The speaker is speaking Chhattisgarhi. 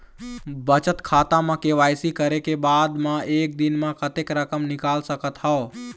बचत खाता म के.वाई.सी करे के बाद म एक दिन म कतेक रकम निकाल सकत हव?